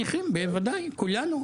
הנכים, בוודאי, כולנו.